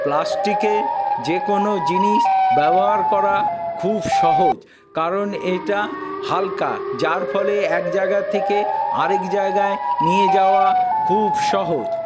প্লাস্টিকে যে কোনো জিনিস ব্যবহার করা খুব সহজ কারণ এটা হালকা যার ফলে এক জায়গা থেকে আরেক জায়গায় নিয়ে যাওয়া খুব সহজ